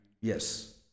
Yes